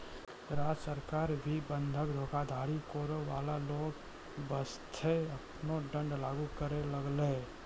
राज्य सरकार भी बंधक धोखाधड़ी करै बाला लोगो बासतें आपनो दंड लागू करै लागलै